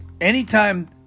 anytime